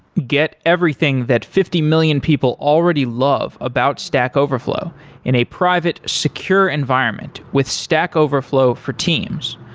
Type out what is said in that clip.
get everything that fifty million people already love about stack overflow in a private secure environment with stack overflow for teams.